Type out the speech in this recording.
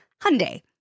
Hyundai